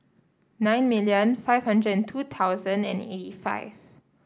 nine million five hundred and two thousand and eighty five